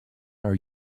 are